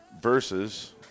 versus